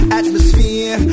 atmosphere